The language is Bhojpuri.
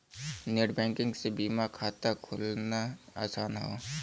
नेटबैंकिंग से बीमा खाता खोलना आसान हौ